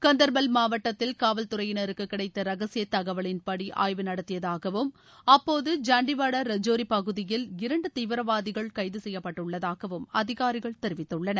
கந்தர்பல் மாவட்டத்தில் காவல்துறையினருக்கு கிடைத்த ரகசிய தகவலின்படி ஆய்வு நடத்தியதாகவும் அப்போது ஜன்டேவாடா கஜோரி பகுதியில் இரண்டு தீவிரவாதிகள் கைது செய்யப்பட்டுள்ளதாகவும் அதிகாரிகள் தெரிவித்துள்ளனர்